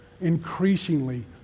increasingly